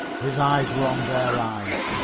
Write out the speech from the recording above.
his eyes were on their eyes,